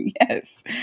yes